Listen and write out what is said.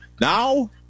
Now